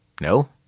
No